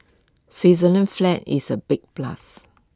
Switzerland's flag is A big plus